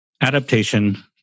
adaptation